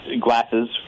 glasses